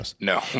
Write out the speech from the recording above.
no